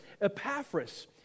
Epaphras